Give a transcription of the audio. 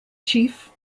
chief